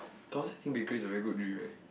I once think bakery is a very good dream eh